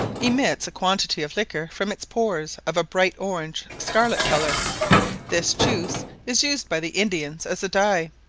emits a quantity of liquor from its pores of a bright orange scarlet colour this juice is used by the indians as a dye,